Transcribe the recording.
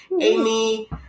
Amy